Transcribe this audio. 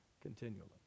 continually